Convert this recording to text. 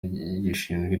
gishinzwe